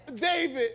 David